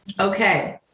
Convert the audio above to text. Okay